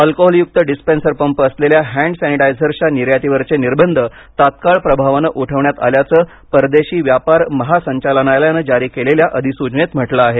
alcohol युक्त dispenser pump असलेल्या hand सॅनीटायझर्सच्या निर्यातीवरचे निर्बंध तत्काळ प्रभावानं उठवण्यात आल्याचं परदेशी व्यापार महासंचालनालयानं जारी केलेल्या अधिसूचनेत म्हटलं आहे